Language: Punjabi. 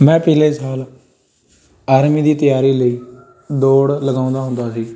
ਮੈਂ ਪਿਛਲੇ ਸਾਲ ਆਰਮੀ ਦੀ ਤਿਆਰੀ ਲਈ ਦੌੜ ਲਗਾਉਂਦਾ ਹੁੰਦਾ ਸੀ